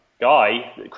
guy